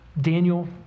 Daniel